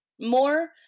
more